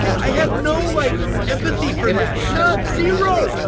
i have no like empathy for that. none. zero.